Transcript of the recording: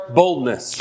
boldness